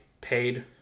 paid